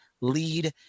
lead